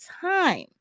time